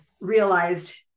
realized